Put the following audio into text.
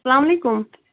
السلام علیکُم